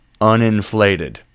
uninflated